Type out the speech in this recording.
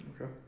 Okay